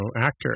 actor